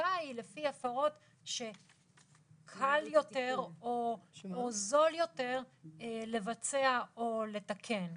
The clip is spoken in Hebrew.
החלוקה היא לפי הפרות שקל יותר או זול יותר לבצע או לתקן.